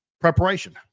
Preparation